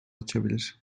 açabilir